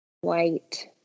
white